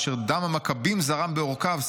אשר דם המכבים זרם בעורקיו,